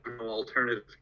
alternative